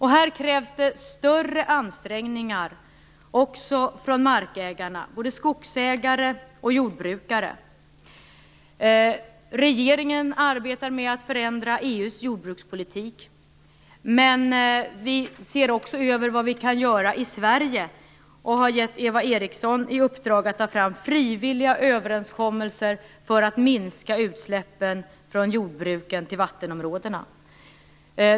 Här krävs det större ansträngningar också från markägarna, både skogsägare och jordbrukare. Regeringen arbetar med att förändra EU:s jordbrukspolitik, men vi ser också över vad vi kan göra i Sverige och har gett Eva Eriksson i uppdrag att ta fram frivilliga överenskommelser för att minska utsläppen från jordbruken till vattenområdena.